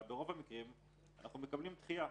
אבל ברוב המקרים אנחנו מקבלים דחייה.